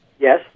Yes